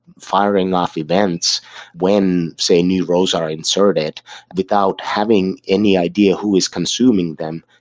firing off events when, say, new rows are inserted without having any idea who is consuming them,